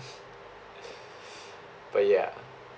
but yeah